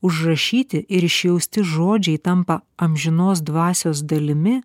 užrašyti ir išjausti žodžiai tampa amžinos dvasios dalimi